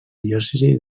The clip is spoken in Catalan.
diòcesi